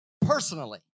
Personally